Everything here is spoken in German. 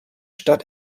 stadt